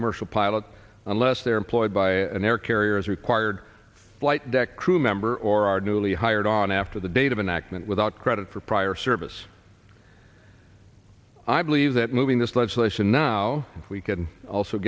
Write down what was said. commercial pilot unless they are employed by an air carrier as required flight deck crew member or are newly hired on after the date of an accident without credit for prior service i believe that moving this legislation now we can also